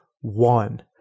one